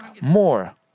more